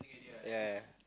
ya ya